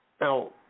Now